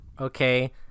okay